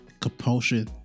compulsion